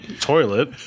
toilet